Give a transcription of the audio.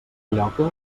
lloca